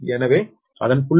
எனவே அதன் 0